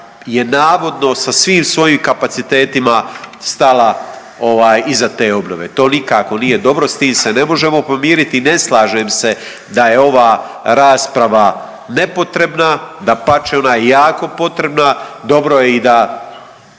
je navodno sa svim svojim kapacitetima stala ovaj iza te obnove, to nikako nije dobro, s tim se ne možemo pomiriti i ne slažem se da je ova rasprava nepotrebna. Dapače, ona je jako potrebna, dobro je i da